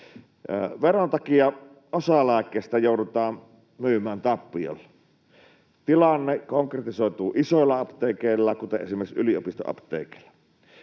Veron takia osa lääkkeistä joudutaan myymään tappiolla. Tilanne konkretisoituu isoilla apteekeilla, esimerkiksi yliopistoapteekeilla.